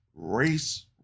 race